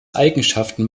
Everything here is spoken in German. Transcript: eigenschaften